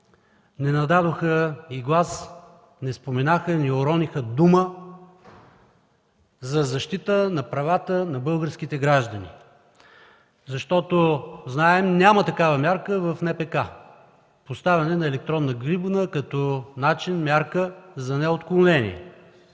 не нададоха и глас, не споменаха, не отрониха и дума в защита на правата на българските граждани. Знаем, че няма такава мярка в НПК – поставяне на електронна гривна, като начин, като мярка за неотклонение.